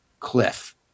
Cliff